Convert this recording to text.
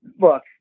Look